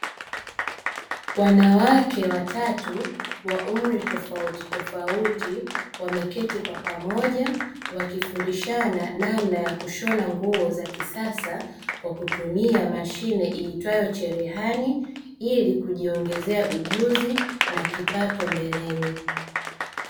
Wanawake watatu wa umri tofautitofauti, wameketi kwa pamoja wakifundishana namna ya kushona nguo za kisasa kwa kutumia mashine iitwayo cherehani; ili kujiongezea ujuzi na kipato mbeleni.